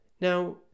Now